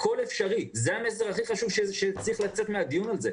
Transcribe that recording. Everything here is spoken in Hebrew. הכול אפשרי זה המסר הכי חשוב שצריך לצאת מן הדיון הזה.